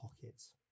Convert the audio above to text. pockets